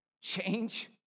change